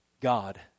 God